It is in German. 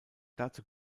dazu